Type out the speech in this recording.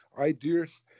ideas